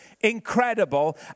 incredible